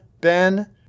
Ben